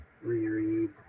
reread